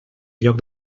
lloc